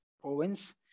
province